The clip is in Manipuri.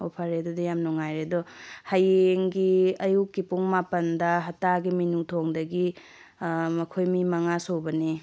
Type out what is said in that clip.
ꯑꯣ ꯐꯔꯦ ꯑꯗꯨꯗꯤ ꯌꯥꯝ ꯅꯨꯡꯉꯥꯏꯔꯦ ꯑꯗꯣ ꯍꯌꯦꯡꯒꯤ ꯑꯌꯨꯛꯀꯤ ꯄꯨꯡ ꯃꯥꯄꯜꯗ ꯍꯠꯇꯥꯒꯤ ꯃꯤꯅꯨꯊꯣꯡꯗꯒꯤ ꯃꯈꯣꯏ ꯃꯤ ꯃꯉꯥ ꯁꯨꯕꯅꯦ